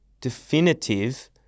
definitive